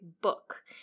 book